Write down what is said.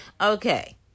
Okay